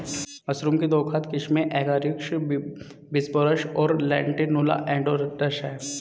mushroom की दो खाद्य किस्में एगारिकस बिस्पोरस और लेंटिनुला एडोडस है